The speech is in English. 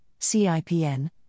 CIPN